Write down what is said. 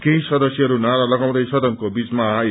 केही सदस्यहरू नारा लगाउँदै सदनको बीचमा आए